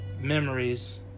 memories